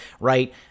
right